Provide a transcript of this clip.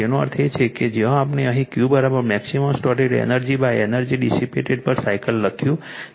તેનો અર્થ એ છે કે જ્યાં આપણે અહીં Q maximum stored energy energy dissipated per cycle લખ્યું છે